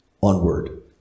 onward